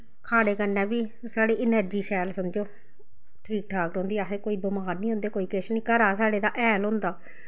खाने कन्नै बी साढ़ी इनर्जी शैल समझो ठीक ठाक रौंह्दी अस कोई बमार निं रौंह्दे कोई किश निं घरा साढ़े दा हैल होंदा